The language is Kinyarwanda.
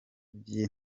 by’i